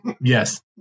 yes